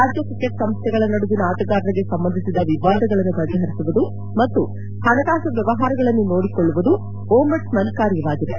ರಾಜ್ಯ ಕ್ರಿಕೆಟ್ ಸಂಸ್ಡೆಗಳ ನಡುವಿನ ಆಟಗಾರರಿಗೆ ಸಂಬಂಧಿಸಿದ ವಿವಾದಗಳನ್ನು ಬಗೆಹರಿಸುವುದು ಮತ್ತು ಹಣಕಾಸು ವ್ಯವಹಾರಗಳನ್ನು ನೋಡಿಕೊಳ್ಳುವುದು ಓಂಬಡ್ಸ್ಮನ್ ಕಾರ್ಯವಾಗಿದೆ